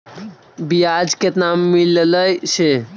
बियाज केतना मिललय से?